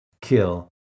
kill